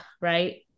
right